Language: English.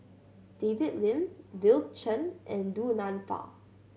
David Lim Bill Chen and Du Nanfa